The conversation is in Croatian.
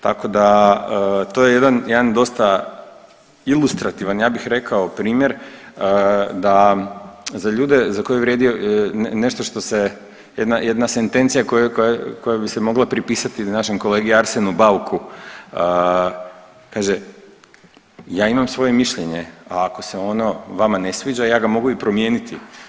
Tako da to je jedan, jedan dosta ilustrativan ja bih rekao primjer da za ljude za koje vrijedi nešto što se jedna sentencija koja bi se mogla pripisati i našem kolegi Arsenu Bauku, kaže ja imam svoje mišljenje, a ako se ono vama ne sviđa ja ga mogu i promijeniti.